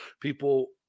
people